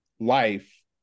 life